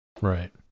Right